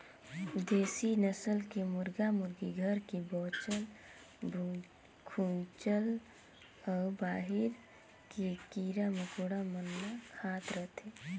देसी नसल के मुरगा मुरगी घर के बाँचल खूंचल अउ बाहिर के कीरा मकोड़ा मन ल खात रथे